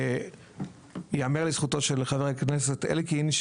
יאמר לזכותו של חבר הכנסת אלקין,